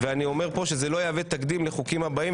ואני אומר פה שזה לא יהווה תקדים לחוקים הבאים,